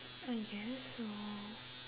I guess so